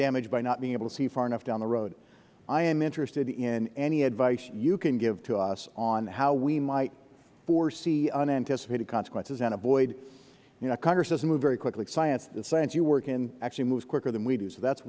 damage by not being able to see far enough down the road i am interested in any advice you can give to us on how we might foresee unanticipated consequences and avoid congress doesn't move very quickly the science you work in actually moves quicker than we do so that